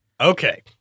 Okay